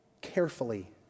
carefully